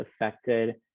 affected